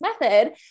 method